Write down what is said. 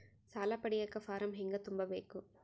ಸಾಲ ಪಡಿಯಕ ಫಾರಂ ಹೆಂಗ ತುಂಬಬೇಕು?